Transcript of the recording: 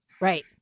Right